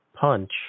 punch